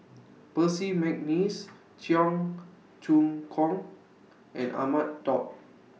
Percy Mcneice Cheong Choong Kong and Ahmad Daud